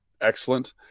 excellent